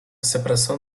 separação